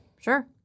Sure